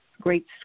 great